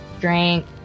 drink